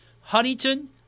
Huntington